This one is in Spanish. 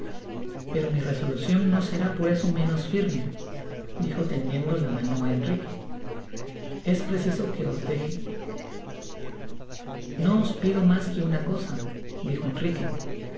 pero mi resolu cwn no será por eso menos firme dijo tendiendo la mana á enrique es preeiso que os deje no os pido mas que una cosa dijo enrique permitidme que